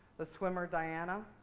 the swimmer diana.